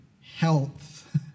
health